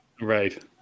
Right